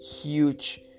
huge